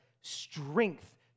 strength